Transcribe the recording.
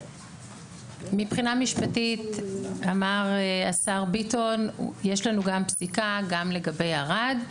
מבחינה משפטית אמר השר ביטון יש לנו גם פסיקה גם לגבי ערד,